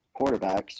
quarterbacks